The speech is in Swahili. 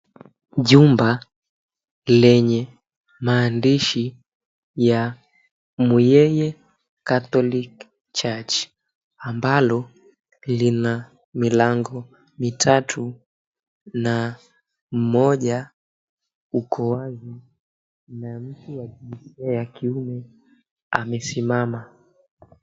Jumba lenye maandishi 𝑦𝑎 Muyeye catholic church ambalo lina milango mitatu na mmoja uko wazi na mtu wa jinsia ya kiume amesimama.